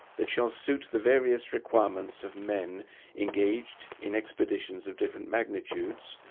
that shall suit the various requirements of men engaged in expeditions of different magnitudes,